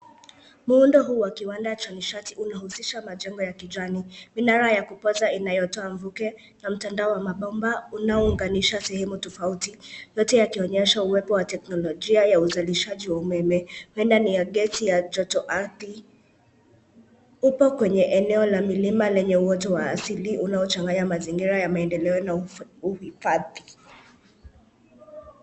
Muundo huu wa kiwanda cha nishati unahusisha majengo ya kijani, minara ya kupoza inayotoa mvuke na mtandao wa mabomba unaounganisha sehemu tofauti yote yakionyesha uwepo wa teknolojia ya uzalishaji wa umeme huenda ni gesi ya joto ardhi. Upo kwenye eneo la milima lenye uoto wa asili unaochanganya mazingira ya maendeleo na uhifadhi.